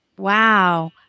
Wow